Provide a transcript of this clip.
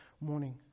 morning